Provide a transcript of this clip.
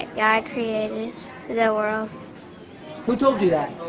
yeah created that world which will do that